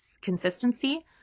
consistency